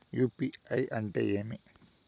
UPI అంటే ఏమి?